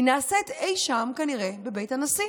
הם נעשים כנראה אי שם בבית הנשיא.